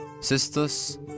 sisters